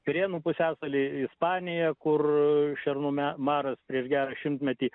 pirėnų pusiasalį ispaniją kur šernų me maras prieš gerą šimtmetį